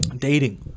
dating